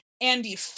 Andy